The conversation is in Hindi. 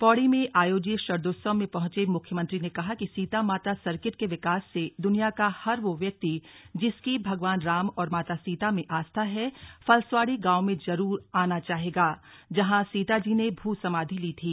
पौड़ी में आयोजित शरदोत्सव में पहुंचे मुख्यमंत्री ने कहा कि सीता माता सर्किट के विकास से दुनिया का हर वो व्यक्ति जिसकी भगवान राम और माता सीता में आस्था है फलस्वाड़ी गांव में जरूर आना चाहेगा जहां सीताजी ने भू समाधि ली थी